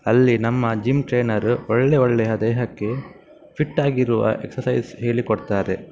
ಅಲ್ಲಿ ನಮ್ಮ gym trainer ಒಳ್ಳೆಯ ಒಳ್ಳೆಯ ದೇಹಕ್ಕೆ ಫಿಟ್ಟಾಗಿರುವ ಎಕ್ಸಸೈಜ್ ಹೇಳಿಕೊಡ್ತಾರೆ